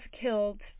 killed